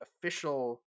official